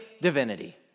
divinity